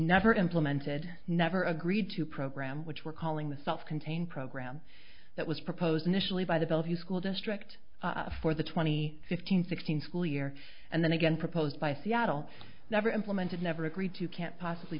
never implemented never agreed to program which we're calling the self contained program that was proposed initially by the bellevue school district for the twenty fifteen sixteen school year and then again proposed by seattle never implemented never agreed to can't possibly